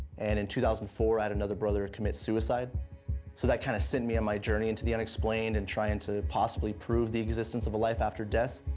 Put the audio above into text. and in two thousand and four i had another brother commit suicide, so that kind of sent me on my journey into the unexplained and trying to possibly prove the existence of a life after death.